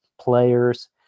players